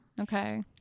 Okay